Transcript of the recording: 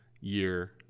year